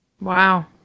wow